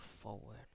forward